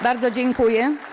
Bardzo dziękuję.